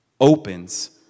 opens